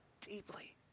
deeply